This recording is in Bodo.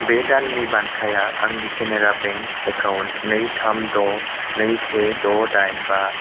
बे दाननि बान्थाया आंनि केनेरा बेंक एकाउन्ट नै थाम द' नै से द' दाइन बा